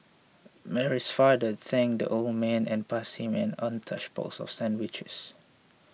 Mary's father thanked the old man and passed him an untouched box of sandwiches